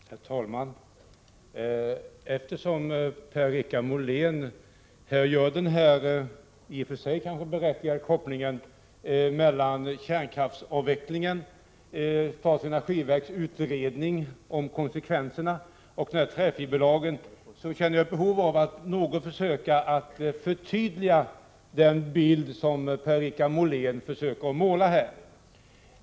Herr talman! Eftersom Per-Richard Molén här gör den i och för sig kanske berättigade kopplingen mellan kärnkraftsavvecklingen, statens energiverks utredning av konsekvenserna och träfiberlagen känner jag ett behov av att något förtydliga den bild som han försöker måla upp.